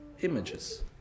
images